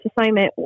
assignment